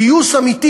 פיוס אמיתי,